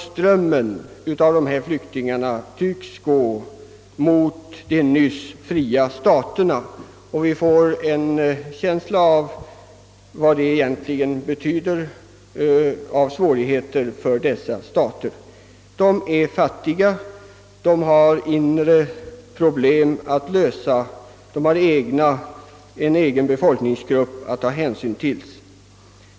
Strömmen av flyktingar tycks gå mot de stater som nu blivit fria. Man kan föreställa sig vad denna flyktingström betyder för dessa stater, som är fattiga, har inre problem att lösa och en egen befolkning att ta hänsyn till.